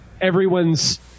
everyone's